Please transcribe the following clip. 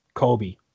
kobe